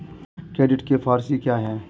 Credit के four C क्या हैं?